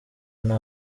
nta